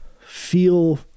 feel